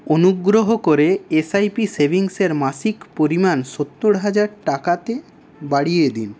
অনুগ্রহ করে S I P সেভিংসের মাসিক পরিমাণ সত্তর হাজার টাকাতে বাড়িয়ে দিন